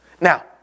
Now